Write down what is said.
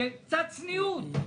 קצת צניעות.